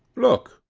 look,